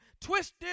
twisted